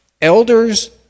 Elders